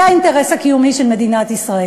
זה האינטרס הקיומי של מדינת ישראל.